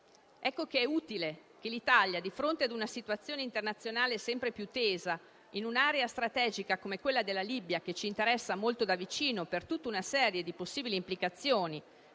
Ecco che è utile che l'Italia, di fronte a una situazione internazionale sempre più tesa, in un'area strategica come quella della Libia, che ci interessa molto da vicino per tutta una serie di possibili implicazioni,